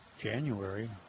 January